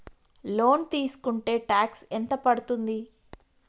Loan తీస్కుంటే tax ఎంత పడ్తుంది?